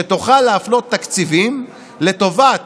שתוכל להפנות תקציבים לטובת